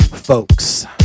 Folks